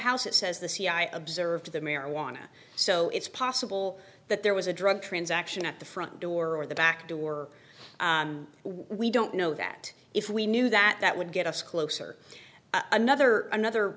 house it says the cia observed the marijuana so it's possible that there was a drug transaction at the front door or the back door we don't know that if we knew that would get us closer another another